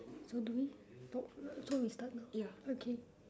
so do we talk so we start now okay